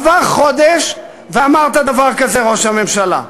עבר חודש ואמרת דבר כזה, ראש הממשלה: